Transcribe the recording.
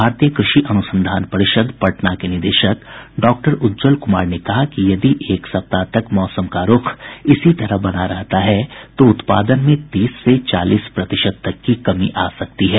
भारतीय कृषि अनुसंधान परिषद पटना के निदेशक डॉक्टर उज्ज्वल कुमार ने कहा कि यदि एक सप्ताह तक मौसम का रूख इसी तरह बना रहता है तो उत्पादन में तीस से चालीस प्रतिशत तक की कमी आ सकती है